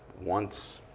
once,